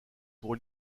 pour